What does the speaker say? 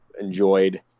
enjoyed